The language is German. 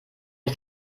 ich